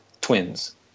twins